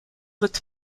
with